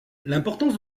l’importance